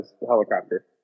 helicopter